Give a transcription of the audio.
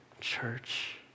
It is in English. church